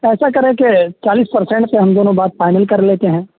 ایسا کریں کہ چالیس پر سینٹ پہ ہم دونوں بات فائنل کر لیتے ہیں